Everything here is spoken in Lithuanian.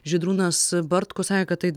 žydrūnas bartkus sakė kad tai